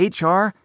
HR